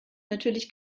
natürlich